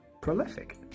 prolific